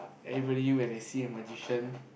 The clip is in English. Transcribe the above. everybody when they see a magician